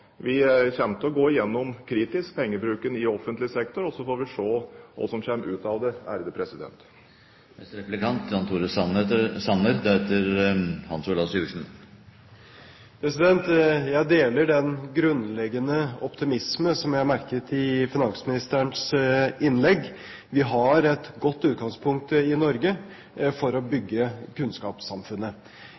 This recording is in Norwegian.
vi får flest mulig tjenester og mest mulig fellesskap ut av de kronene vi bruker. Vi vil gå kritisk igjennom pengebruken i offentlig sektor, og så får vi se hva som kommer ut av det. Jeg deler den grunnleggende optimisme som jeg merket i finansministerens innlegg. Vi i Norge har et godt utgangspunkt for å bygge kunnskapssamfunnet.